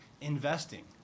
investing